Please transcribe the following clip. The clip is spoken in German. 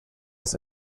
das